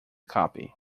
copy